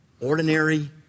ordinary